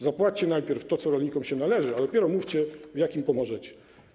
Zapłaćcie najpierw to, co rolnikom się należy, a dopiero potem mówcie, jak im pomożecie.